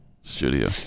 studio